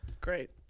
Great